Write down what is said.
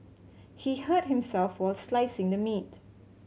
he hurt himself while slicing the meat